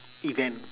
event